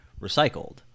recycled